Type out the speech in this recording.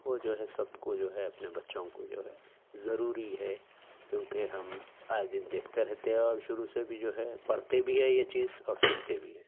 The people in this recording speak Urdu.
وہ جو ہے سب کو جو ہے اپنے بچوں کو جو ہے ضروری ہے کیونکہ ہم آئے دن دیکھتے رہتے ہیں اور شروع سے بھی جو ہے پڑھتے بھی ہے یہ چیز اور سنتے بھی ہیں